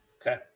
Okay